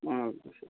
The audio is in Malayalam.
ആ അത് ശരി